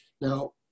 Now